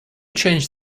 change